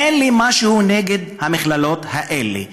אין לי משהו נגד המכללות האלה,